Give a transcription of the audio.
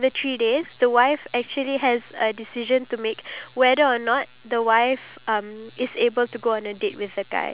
for the wife and then um at the same time I want the husband to really like and the wife